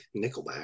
Nickelback